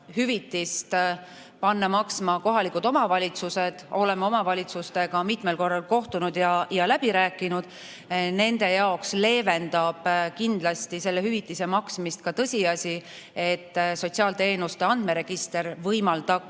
hüvitist maksma kohalikud omavalitsused. Oleme omavalitsustega mitmel korral kohtunud ja läbi rääkinud. Nende jaoks leevendab kindlasti selle hüvitise maksmist tõsiasi, et sotsiaalteenuste andmeregister võimaldaks